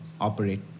operate